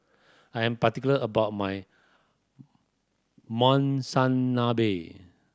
I am particular about my Monsunabe